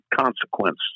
consequence